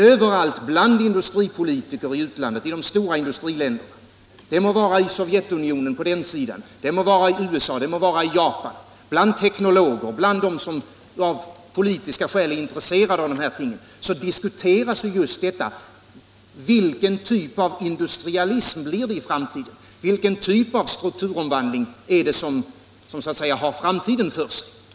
Överallt bland industripolitiker i utlandet, i de stora industriländerna — det må vara i Sovjetunionen, USA eller Japan — bland teknologer och bland dem som av politiska skäl är intresserade av dessa ting diskuteras just detta: Vilken typ av industrialism blir det i framtiden? Vilken typ av strukturomvandling är det som så att säga har framtiden för sig?